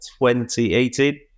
2018